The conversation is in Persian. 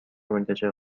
منتشر